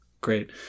Great